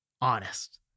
honest